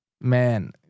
man